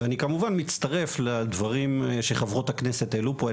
ואני כמובן מצטרף לדברים שחברות הכנסת העלו פה,